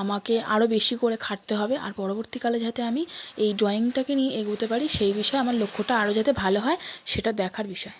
আমাকে আরো বেশি করে খাটতে হবে আর পরবর্তীকালে যাতে আমি এই ড্রয়িংটাকে নিয়ে এগোতে পারি সেই বিষয়ে আমার লক্ষ্যটা আরো যাতে ভালো হয় সেটা দেখার বিষয়